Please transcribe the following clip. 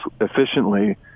efficiently